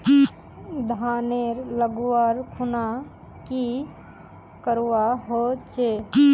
धानेर लगवार खुना की करवा होचे?